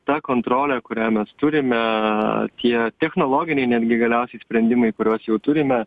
ta kontrolė kurią mes turime tie technologiniai netgi galiausiai sprendimai kuriuos jau turime